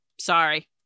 sorry